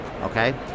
okay